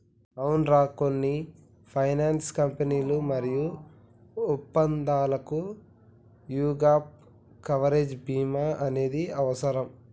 అవునరా కొన్ని ఫైనాన్స్ కంపెనీలు మరియు ఒప్పందాలకు యీ గాప్ కవరేజ్ భీమా అనేది అవసరం